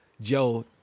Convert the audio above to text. Joe